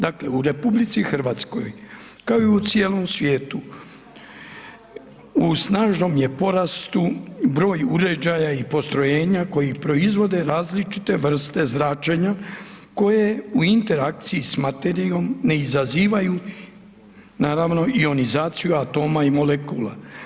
Dakle, u RH kao i u cijelom svijetu u snažnom je porastu broj uređaja i postrojenja koji proizvode različite vrste zračenja koje u interakciji s materijom ne izazivaju naravno ionizaciju atoma i molekula.